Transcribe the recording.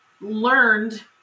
learned